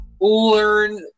learn